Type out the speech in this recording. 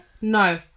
No